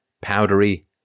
powdery